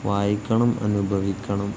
വായിക്കണം അനുഭവിക്കണം